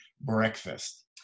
breakfast